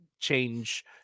change